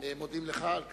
מודים לך על כך.